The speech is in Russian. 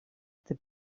этой